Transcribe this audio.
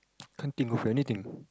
can't think of anything